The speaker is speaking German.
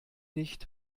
nicht